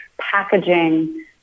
packaging